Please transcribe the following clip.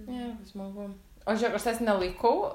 jo smagu o žiūrėk aš tavęs nelaikau